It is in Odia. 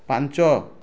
ପାଞ୍ଚ